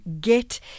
get